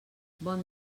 bon